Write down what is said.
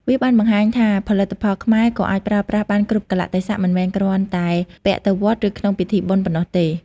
វាបានបង្ហាញថាផលិតផលខ្មែរក៏អាចប្រើប្រាស់បានគ្រប់កាលៈទេសៈ មិនមែនគ្រាន់តែពាក់ទៅវត្ត ឬក្នុងពិធីបុណ្យប៉ុណ្ណោះទេ។